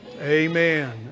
Amen